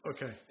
Okay